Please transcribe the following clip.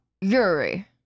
Yuri